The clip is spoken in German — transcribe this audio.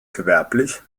gewerblich